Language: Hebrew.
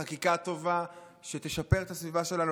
חקיקה טובה שתשפר את הסביבה שלנו,